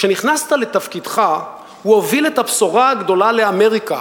כשנכנסת לתפקידך הוא הוביל את הבשורה הגדולה לאמריקה: